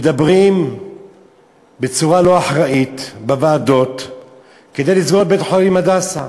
מדברים בצורה לא אחראית בוועדות כדי לסגור את בית-החולים "הדסה",